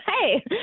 hey